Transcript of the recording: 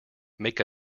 make